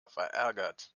verärgert